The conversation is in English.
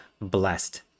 blessed